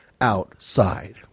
outside